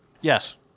Yes